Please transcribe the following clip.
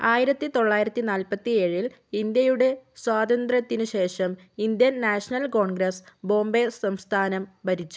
ആയിരത്തിതൊള്ളായിരത്തി നാല്പത്തിയേഴിൽ ഇന്ത്യയുടെ സ്വാതന്ത്ര്യത്തിനു ശേഷം ഇന്ത്യൻ നാഷണൽ കോൺഗ്രസ് ബോംബെ സംസ്ഥാനം ഭരിച്ചു